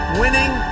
winning